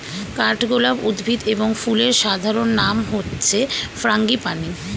কাঠগোলাপ উদ্ভিদ এবং ফুলের সাধারণ নাম হচ্ছে ফ্রাঙ্গিপানি